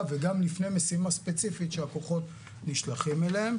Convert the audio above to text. וגם לפני משימה ספציפית שהכוחות נשלחים אליה.